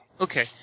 Okay